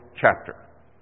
chapter